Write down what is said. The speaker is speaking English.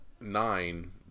nine